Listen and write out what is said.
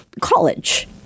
college